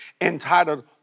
entitled